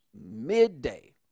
midday